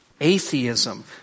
atheism